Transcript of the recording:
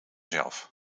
zelf